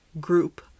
group